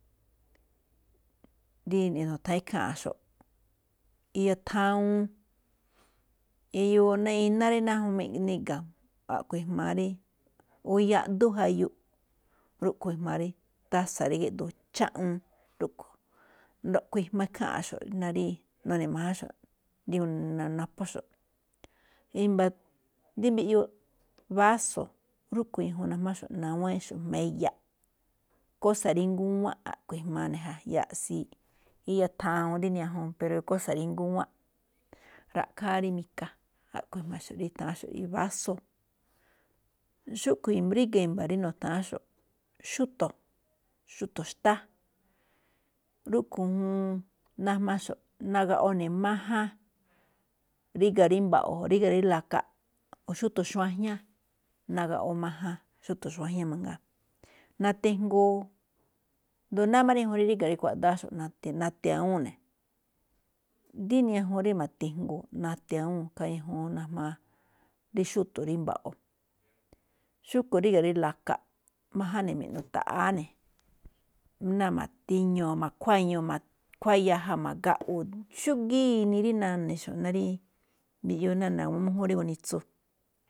Rí nu̱tha̱án ikháa̱nꞌxo̱ꞌ iya thawuun, eyoo iná náá rí ñajuun niꞌga̱. Akhue̱n ijmaa rí o yaꞌdú jayu, rúꞌkhue̱n ijmaa rí tása̱ rí géꞌdoo, cháꞌwuun rúꞌkhue̱n ijma ikháa̱nꞌxo̱ꞌ, ná rí nune̱ májánxo̱ꞌ, díjuun rí naphóxo̱ꞌ. I̱mba̱ rí mbiꞌyuu báso̱, rúꞌkhue̱n ñajuun najmaxo̱ꞌ nawánxo̱ꞌ jma̱á iyaꞌ, kósa̱ rí ngúwán a̱ꞌkhue̱n ijamaa ne̱ ja, yaꞌsi, iya thawuun rí di ni ñajuun, pero kósa̱ rí ngúwán, ra̱ꞌkháa rí mika, a̱ꞌkhue̱n ijmaxo̱ꞌ rí nutha̱ánxo̱ꞌ rí báso̱. Xúꞌkhue̱n imba̱ rí nu̱tha̱án xo̱ꞌ, xúto̱, xúto̱ xtá, rúꞌkhue̱n juun najmaxo̱ꞌ, naꞌgaꞌwo ne̱ majan. ríga rí mba̱ꞌo̱ ríga̱ rí laka, xúto̱ xuájñá, nagaꞌwo majan, xúto̱ xuájñá mangaa. Nati jngoo, asndo náá máꞌ rí ñajuun rí ríga̱ kuaꞌdááxo̱ꞌ, nati awúun ne̱, dí ñajuun rí ma̱ti jngoo, nati awúun, ikhaa ñajuun najmaa, xúto̱ rí mba̱ꞌo̱. Xúꞌkhue̱n ríga rí laka, máján ne̱ me̱ꞌno̱ taꞌáá ne̱. Ná ma̱ti ño̱o̱ makhuáa ño̱o̱, ma̱khuáa yaja ma̱gaꞌwu̱u̱. Xúgíí inii rí nune̱ xa̱bo̱ ná rí mbiꞌyuu ná na̱gu̱ma mújúun ganitsu.